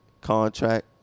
contract